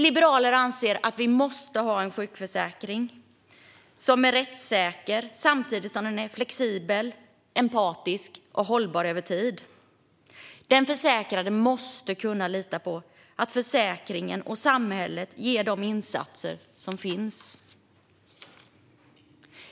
Liberalerna anser att vi måste ha en sjukförsäkring som är rättssäker samtidigt som den är flexibel, empatisk och hållbar över tid. Den försäkrade måste kunna lita på att försäkringen och samhället ger de insatser som finns.